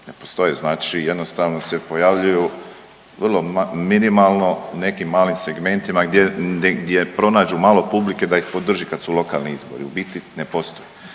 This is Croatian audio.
Ne postoje znači jednostavno se pojavljuju vrlo minimalno u nekim malim segmentima gdje pronađu malo publike da ih podrži kad su lokalni izbori. U biti ne postoje,